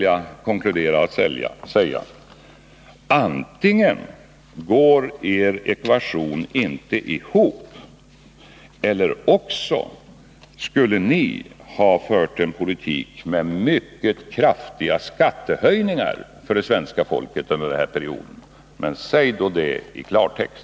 Jag konkluderar: Antingen går er ekvation inte ihop, eller också skulle ni ha fört en politik med mycket kraftiga skattehöjningar för det svenska folket under den här perioden. Men säg då det i klartext!